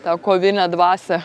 tą kovinę dvasią